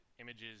images